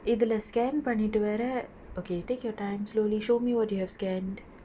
இதுலே:ithule scan பன்னிட்டு வேற:pannittu vera okay take your time slowly show me what do you have scanned